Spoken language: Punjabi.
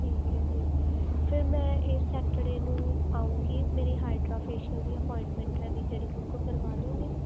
ਠੀਕ ਹੈ ਜੀ ਫਿਰ ਮੈਂ ਇਸ ਸੈਟਰਡੇ ਨੂੰ ਆਉਂਗੀ ਮੇਰੀ ਹਾਈਡਰਾ ਫੇਸ਼ੀਅਲ ਦੀ ਅਪੁਆਇੰਟਮੈਂਟ ਦੀ ਜਿਹੜੀ ਬੁੱਕ ਕਰਵਾ ਦੋਗੇ